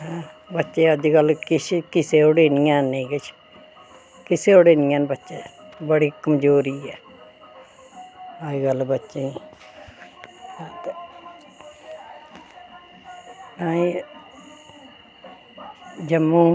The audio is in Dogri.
ऐं बच्चे अज्जकल किसै ओड़े निं हैन नेईं किश किसै ओड़े निं हैन बच्चे बड़ी कमज़ोरी ऐ अज्जकल बच्चें ई ऐंही जम्मू